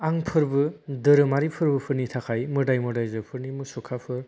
आं फोरबो धोरोमारि फोरबोफोरनि थाखाय मोदाइ मोदाइजोफोरनि मुसुखाफोर